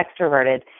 extroverted